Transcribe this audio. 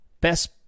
best